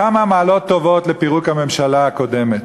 כמה מעלות טובות לפירוק הממשלה הקודמת,